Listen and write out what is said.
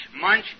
munch